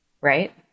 right